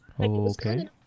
Okay